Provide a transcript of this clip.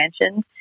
mentioned